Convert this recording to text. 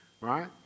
right